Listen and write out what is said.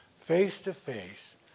face-to-face